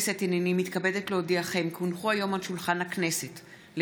היום על שולחן הכנסת,